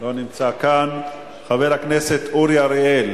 לא נמצא כאן, חבר הכנסת אורי אריאל,